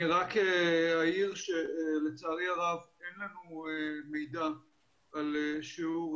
אני רק אעיר שלצערי הרב אין לנו מידע על שיעור,